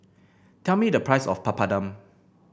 tell me the price of Papadum